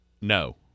No